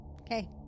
Okay